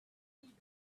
did